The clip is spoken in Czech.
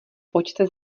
pojďte